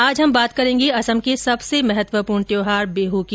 आज हम बात करेंगे असम के सबसे महत्वपूर्ण त्यौहार बिहू की